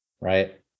right